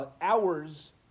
hours